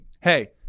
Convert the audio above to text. Hey